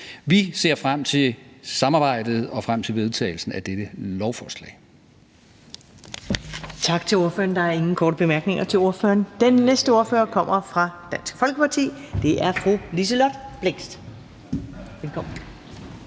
Vi ser frem til samarbejdet og frem til vedtagelsen af dette lovforslag.